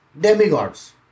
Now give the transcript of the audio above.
demigods